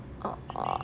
oh oh